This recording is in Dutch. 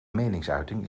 meningsuiting